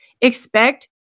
expect